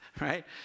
right